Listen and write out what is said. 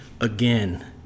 again